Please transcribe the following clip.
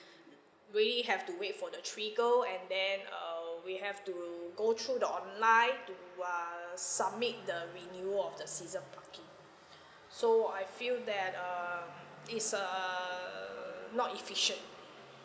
we have to wait for the trigger and then uh we have to go through the online to uh submit the renewal of the season parking so I feel that um it's err not efficient